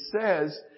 says